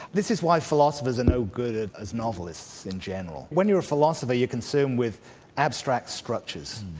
this is why philosophers are no good as novelists in general. when you're a philosopher you're consumed with abstract structures,